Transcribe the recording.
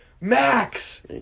Max